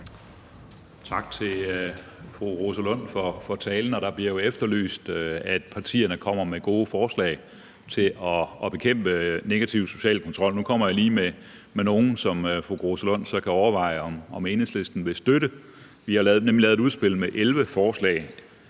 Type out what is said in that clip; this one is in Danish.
Tak til Rosa Lund for talen. Det bliver jo efterlyst, at partierne kommer med gode forslag til at bekæmpe negativ social kontrol, og nu kommer jeg lige med nogle, som fru Rosa Lund så kan overveje om Enhedslisten vil støtte. Vi har nemlig lavet et udspil med 11 forslag,